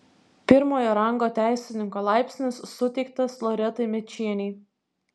pirmojo rango teisininko laipsnis suteiktas loretai mėčienei